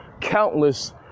countless